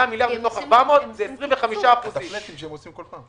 100 מיליארד שקל מתוך 400 מיליארד שקל זה 25%,